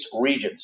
regions